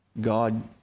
God